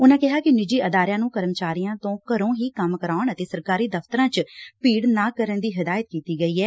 ਉਨੂਾਂ ਕਿਹਾ ਕਿ ਨਿੱਜੀ ਅਦਾਰਿਆਂ ਨੂੰ ਕਰਮਚਾਰੀਆਂ ਤੋਂ ਘਰੋਂ ਹੀ ਕੰਮ ਕਰਾਉਣ ਅਤੇ ਸਰਕਾਰੀ ਦਫ਼ਤਰਾਂ ਚ ਭੀੜ ਨਾ ਕਰਨ ਦੀ ਹਿਦਾਇਤ ਕੀਤੀ ਗਈ ਐ